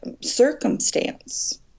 circumstance